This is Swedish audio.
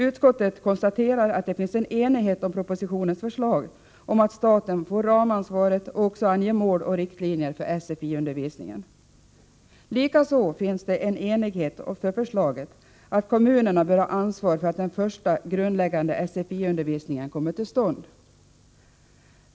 Utskottet konstaterar att det finns enighet om propositionens förslag om att staten får ramansvaret och också anger mål och riktlinjer för SFI undervisningen. Likaså finns det enighet om förslaget att kommunerna bör ha ansvar för att den första grundläggande SFI-undervisningen kommer till stånd.